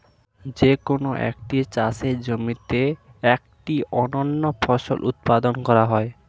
যে কোন একটি চাষের জমিতে একটি অনন্য ফসল উৎপাদন করা হয়